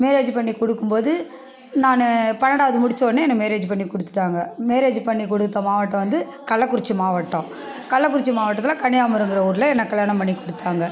marriage பண்ணி கொடுக்கும் போது நான் பன்னெண்டாவது முடிச்சோன்னே என்னை மேரேஜ் பண்ணி கொடுத்துட்டாங்க மேரேஜ் பண்ணி கொடுத்த மாவட்டம் வந்து கள்ளக்குறிச்சி மாவட்டம் கள்ளக்குறிச்சி மாவட்டத்தில் கனியாமூருங்கற ஊரில் என்னை கல்யாணம் பண்ணி கொடுத்தாங்க